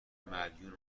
مدیون